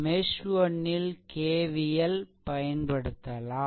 mesh 1 ல் KVL பயன்படுத்தலாம்